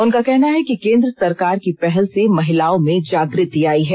उनका कहना है कि केन्द्र सरकार के पहल से महिलाओं में जागृति आई है